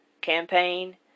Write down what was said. campaign